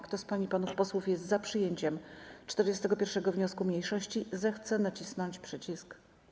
Kto z pań i panów posłów jest za przyjęciem 41. wniosku mniejszości, zechce nacisnąć przycisk.